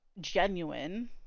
genuine